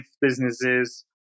businesses